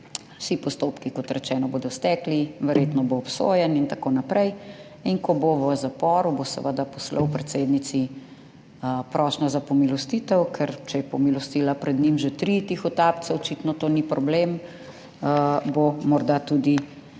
vsi postopki, kot rečeno, bodo stekli, verjetno bo obsojen in tako naprej. In ko bo v zaporu, bo seveda poslal predsednici prošnjo za pomilostitev. Ker če je pomilostila pred njim že tri tihotapce, očitno to ni problem, bo morda tudi